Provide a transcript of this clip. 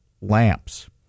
Lamps